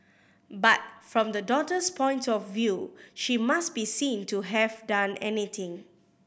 but from the daughter's point of view she must be seen to have done anything